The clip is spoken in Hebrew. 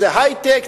איזה מפעל היי-טק,